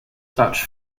dutch